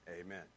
amen